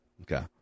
Okay